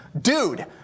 Dude